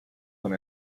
con